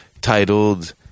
titled